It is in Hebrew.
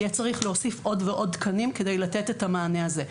יהיה צריך להוסיף עוד ועוד תקנים כדי לתת את המענה הזה.